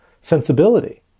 sensibility